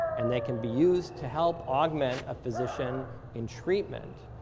and they can be used to help augment a physician in treatment,